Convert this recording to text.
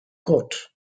court